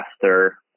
faster